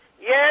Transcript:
Yes